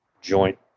Joint